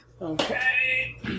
Okay